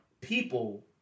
people